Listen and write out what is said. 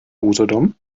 usedom